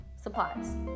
supplies